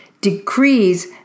Decrees